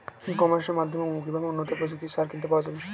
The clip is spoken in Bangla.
ই কমার্সের মাধ্যমে কিভাবে উন্নত প্রযুক্তির সার কিনতে পাওয়া যাবে?